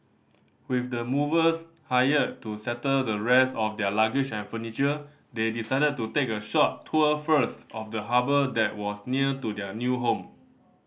with the movers hired to settle the rest of their luggage and furniture they decided to take a short tour first of the harbour that was near to their new home